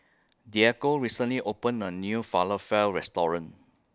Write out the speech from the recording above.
Diego recently opened A New Falafel Restaurant